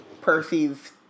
Percy's